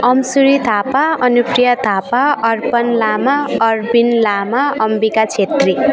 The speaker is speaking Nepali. अनुश्री थापा अनुप्रिया थापा अर्पण लामा अर्बिन लामा अम्बिका छेत्री